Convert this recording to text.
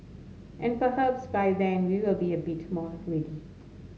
and perhaps by then we will be a bit more ready